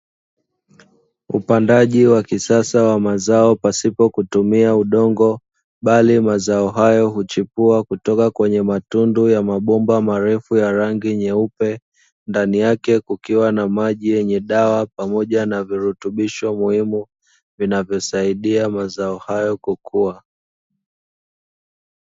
Upandaji wa kisasa wa mazao pasipo kutumia udongo, bali mazao hayo huchipua kutoka kwenye matundu ya mabomba marefu ya rangi nyeupe, ndani yake kukiwa na maji yenye dawa pamoja na virutubisho muhimu vinavyosaidia mazao hayo kukua.